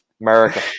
America